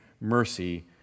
mercy